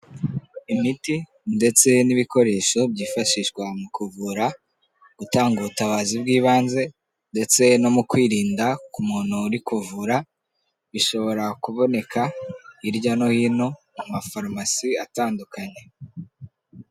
Imiti, ndetse n'ibikoresho byifashishwa mu kuvura, gutanga ubutabazi bw'ibanze, ndetse no mu kwirinda ku muntu uri kuvura, bishobora kuboneka hirya no hino, mu ma farumasi atandukanye.